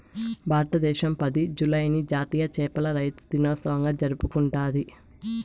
భారతదేశం పది, జూలైని జాతీయ చేపల రైతుల దినోత్సవంగా జరుపుకుంటాది